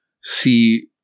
see